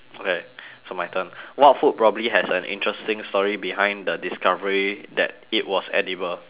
okay so my turn what food probably has an interesting story behind the discovery that it was edible